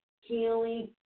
healing